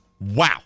wow